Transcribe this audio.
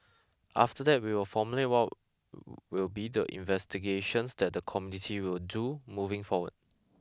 after that we will formulate what will be the investigations that the committee will do moving forward